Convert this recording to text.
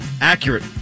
accurate